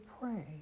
pray